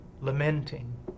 lamenting